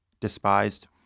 despised